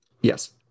Yes